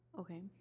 Okay